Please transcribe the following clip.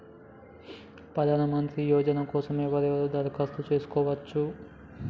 ప్రధానమంత్రి యోజన కోసం ఎవరెవరు దరఖాస్తు చేసుకోవచ్చు?